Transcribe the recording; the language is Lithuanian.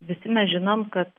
visi mes žinom kad